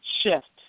shift